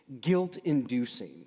guilt-inducing